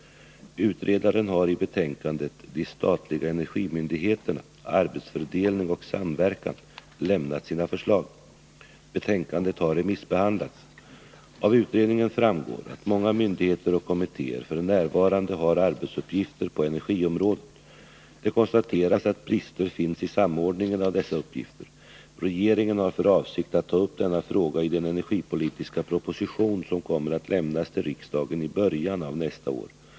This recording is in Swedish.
Utredaren har i betänkandet De statliga energimyndigheterna — arbetsfördelning och samverkan lämnat sina förslag. Betänkandet har remissbehandlats. Av utredningen framgår att många myndigheter och kommittéer f. n. har arbetsuppgifter på energiområdet. Det konstateras att brister finns i samordningen av dessa uppgifter. Regeringen har för avsikt att ta upp denna fråga i den energipolitiska proposition som kommer att lämnas till riksdagen i början av nästa år.